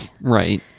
Right